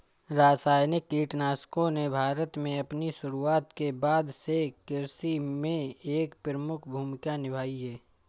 रासायनिक कीटनाशकों ने भारत में अपनी शुरूआत के बाद से कृषि में एक प्रमुख भूमिका निभाई हैं